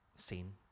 Scene